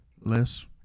Less